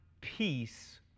peace